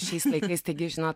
šiais laikais taigi žinot